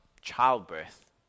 childbirth